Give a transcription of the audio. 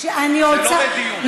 זה לא לדיון,